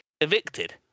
evicted